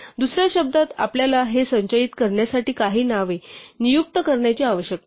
दुसऱ्या शब्दांत आपल्याला हे संचयित करण्यासाठी काही नावे नियुक्त करण्याची आवश्यकता आहे